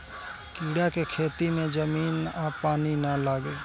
कीड़ा के खेती में जमीन आ पानी ना लागे